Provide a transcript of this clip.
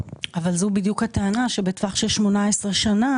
--- זוהי בדיוק הטענה: בטווח של 18 שנה